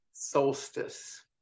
solstice